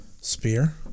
spear